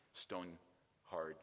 stone-hard